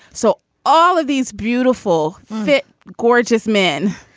so all of these beautiful, fit, gorgeous men